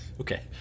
okay